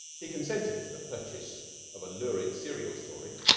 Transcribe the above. he consented to the purchase of a lurid serial story,